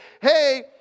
hey